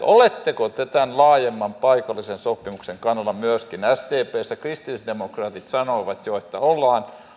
oletteko te tämän laajemman paikallisen sopimuksen kannalla myöskin sdpssä kristillisdemokraatit sanoivat jo että ollaan